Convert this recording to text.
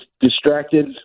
distracted